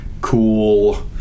cool